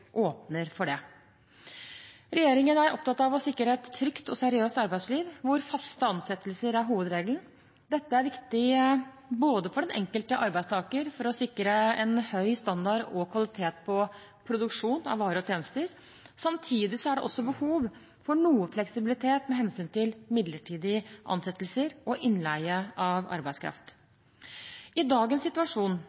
åpner for det. Regjeringen er opptatt av å sikre et trygt og seriøst arbeidsliv, hvor faste ansettelser er hovedregelen. Dette er viktig både for den enkelte arbeidstaker og for å sikre en høy standard og kvalitet på produksjon av varer og tjenester. Samtidig er det også behov for noe fleksibilitet med hensyn til midlertidige ansettelser og innleie av arbeidskraft.